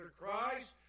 Christ